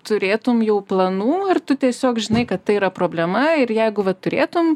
turėtum jau planų ar tu tiesiog žinai kad tai yra problema ir jeigu va turėtum